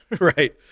Right